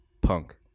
punk